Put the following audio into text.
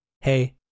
Hey